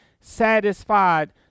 satisfied